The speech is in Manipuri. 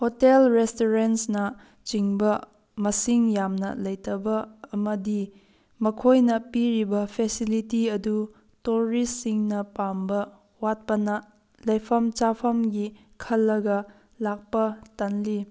ꯍꯣꯇꯦꯜ ꯔꯦꯁꯇꯨꯔꯦꯟꯁꯅꯆꯤꯡꯕ ꯃꯁꯤꯡ ꯌꯥꯝꯅ ꯂꯩꯇꯕ ꯑꯃꯗꯤ ꯃꯈꯣꯏꯅ ꯄꯤꯔꯤꯕ ꯐꯦꯁꯤꯂꯤꯇꯤ ꯑꯗꯨ ꯇꯨꯔꯤꯁꯁꯤꯡꯅ ꯄꯥꯝꯕ ꯋꯥꯠꯄꯅ ꯂꯩꯐꯝ ꯆꯥꯐꯝꯒꯤ ꯈꯜꯂꯒ ꯂꯥꯛꯄ ꯇꯟꯂꯤ